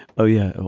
oh, yeah,